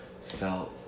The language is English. felt